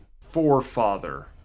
forefather